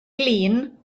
glin